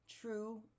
true